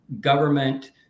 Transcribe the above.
government